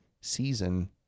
season